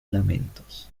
lamentos